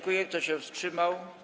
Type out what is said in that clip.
Kto się wstrzymał?